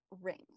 rings